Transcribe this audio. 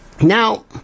now